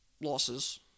losses